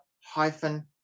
hyphen